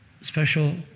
Special